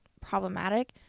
problematic